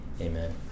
Amen